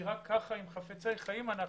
כי רק אם חפצי חיים אנו,